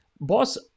Boss